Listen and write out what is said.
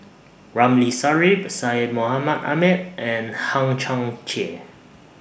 Ramli Sarip Syed Mohamed Ahmed and Hang Chang Chieh